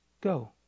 Go